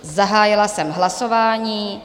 Zahájila jsem hlasování.